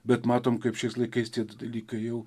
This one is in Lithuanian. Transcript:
bet matom kaip šiais laikais tie dalykai jau